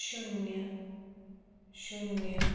शुन्य शुन्य